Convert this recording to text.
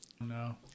No